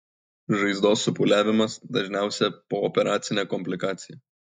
žaizdos supūliavimas dažniausia pooperacinė komplikacija